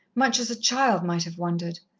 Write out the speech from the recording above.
much as a child might have wondered.